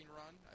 run